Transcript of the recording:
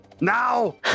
Now